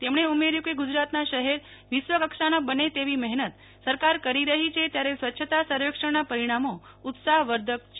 તેમણે ઉમેર્યું કે ગુજરાતના શહેર વિશ્વકક્ષાના બને તેવી મહેનત સરકાર કરી રહી છે ત્યારે સ્વચ્છતા સર્વેક્ષણના પરિણામો ઉત્સાહવર્ધક રહ્યા છે